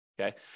Okay